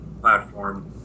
platform